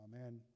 amen